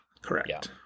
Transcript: Correct